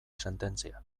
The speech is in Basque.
sententzia